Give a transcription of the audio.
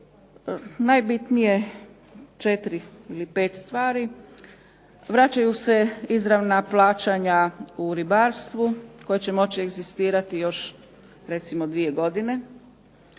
najbitnije je 4 ili 5 stvari. Vraćaju se izravna plaćanja u ribarstvu koje će moći egzistirati još recimo 2 godine.